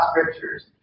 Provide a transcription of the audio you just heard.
scriptures